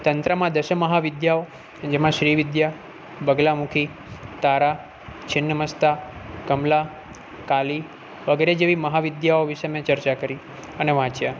તંત્રમાં દસ મહા વિદ્યાઓ જેમાં શ્રી વિદ્યા બગલા મુખી તારા છીન્ન મસ્તા કમલા કાલી વગેરે જેવી મહા વિદ્યાઓ વિષે મેં ચર્ચા કરી અને વાંચ્યા